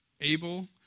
able